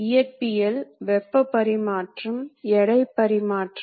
இயக்கத்தை ஒரு திசையில் மட்டும் காட்டுகிறோம்